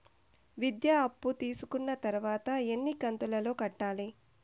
విద్య అప్పు తీసుకున్న తర్వాత ఎన్ని కంతుల లో కట్టాలి?